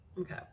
Okay